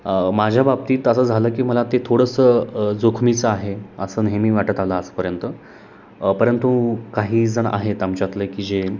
माझ्या बाबतीत असं झालं की मला ते थोडंसं जोखमीचं आहे असं नेहमी वाटत आलं आजपर्यंत परंतु काही जण आहेत आमच्यातले की जे